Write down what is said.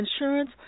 insurance